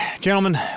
Gentlemen